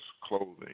clothing